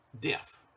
death